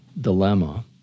dilemma